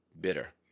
bitter